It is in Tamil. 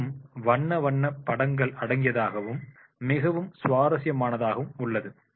முழுவதும் வண்ண வண்ண படங்கள் அடங்கியதாக மிகவும் சுவாரஸ்யமானதாக உள்ளது